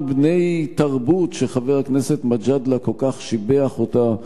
בני תרבות שחבר הכנסת מג'אדלה כל כך שיבח אותם,